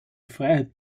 freiheit